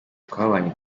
twabanye